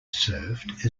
served